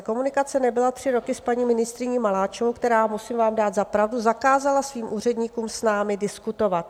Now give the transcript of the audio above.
Komunikace nebyla tři roky s paní ministryní Maláčovou, která, musím vám dát za pravdu, zakázala svým úředníkům s námi diskutovat.